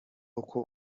uko